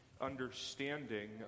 understanding